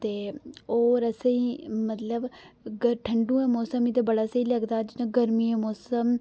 ते और असें ई मतलब ग ठंडु दे मौसम ई ते बड़ा स्हेई लगदा जि'यां गर्मियें मौसम